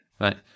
Right